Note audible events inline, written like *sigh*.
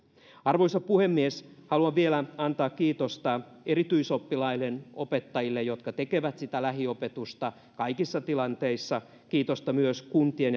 arvoisa puhemies haluan vielä antaa kiitosta erityisoppilaiden opettajille jotka tekevät sitä lähiopetusta kaikissa tilanteissa kiitosta myös kuntien *unintelligible*